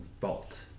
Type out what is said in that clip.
vault